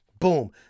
Boom